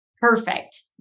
Perfect